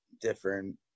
different